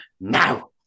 now